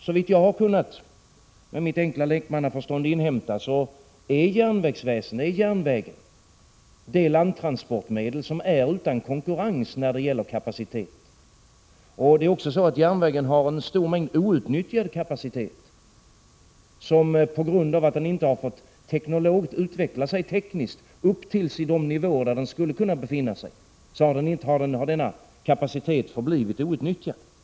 Såvitt jag, med mitt enkla lekmannaförstånd, har kunnat inhämta är järnvägen det landtransportmedel som är utan konkurrens när det gäller kapacitet. Järnvägen har också en stor mängd outnyttjad kapacitet. På grund av att den inte har fått utveckla sig tekniskt upp till de nivåer där den skulle kunna befinna sig har denna kapacitet förblivit outnyttjad.